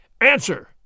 Answer